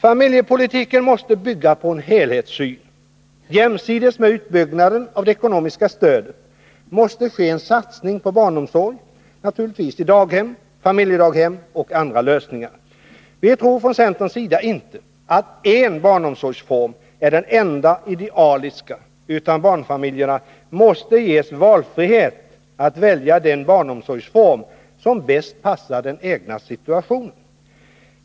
Familjepolitiken måste bygga på en helhetssyn. Jämsides med utbyggna tiska åtgärder den av det ekonomiska stödet måste det ske en satsning på barnomsorg i daghem, i familjedaghem eller genom andra lösningar. Vi tror från centerns sida inte att en barnomsorgsform är den enda idealiska, utan barnfamiljerna måste ges frihet att välja den barnomsorgsform som bäst passar den egna situationen.